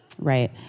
Right